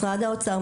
משרד האוצר,